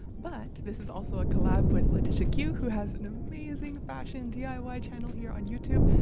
but this is also a collab with letitia kiu who has an amazing fashion diy channel here on youtube.